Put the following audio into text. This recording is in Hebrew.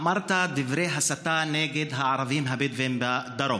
אמרת דברי הסתה נגד הערבים הבדואים בדרום.